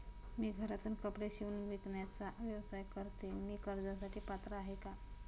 मी घरातूनच कपडे शिवून विकण्याचा व्यवसाय करते, मी कर्जासाठी पात्र आहे का?